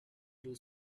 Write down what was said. blue